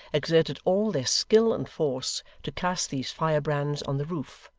exerted all their skill and force to cast these fire-brands on the roof,